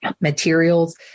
materials